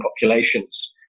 populations